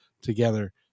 together